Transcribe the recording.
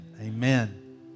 amen